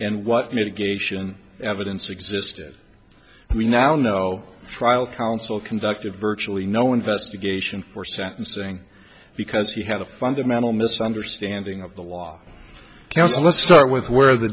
and what mitigation evidence existed we now know trial counsel conducted virtually no investigation for sentencing because he had a fundamental misunderstanding of the law council let's start with where the